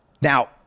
Now